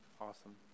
Awesome